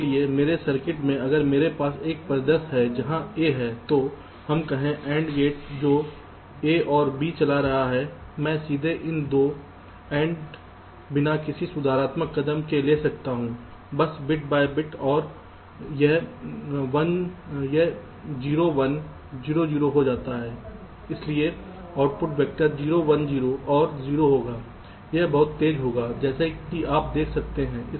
इसलिए मेरे सर्किट में अगर मेरे पास एक परिदृश्य है जहां a है तो हम कहें AND गेट जो A और B चला रहा है मैं सीधे इन 2 क AND बिना किसी सुधारात्मक कदम के ले सकता हूं बस बिट बाय बिट और यह 0 1 0 0 हो जाता है इसलिए आउटपुट वेक्टर 0 1 0 और 0 होगा यह बहुत तेज होगा जैसा कि आप देख सकते हैं